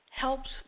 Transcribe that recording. helps